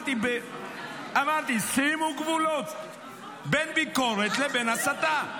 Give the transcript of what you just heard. אמרתי: שימו גבולות בין ביקורת לבין הסתה.